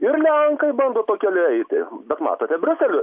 ir lenkai bando tuo keliu eiti bet matote briuseli